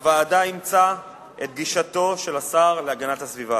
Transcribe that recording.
הוועדה אימצה את גישתו של השר להגנת הסביבה,